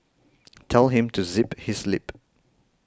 tell him to zip his lip